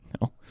No